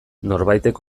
norbaitek